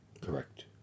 Correct